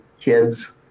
kids